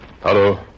Hello